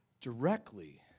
directly